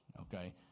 Okay